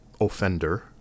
offender